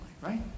right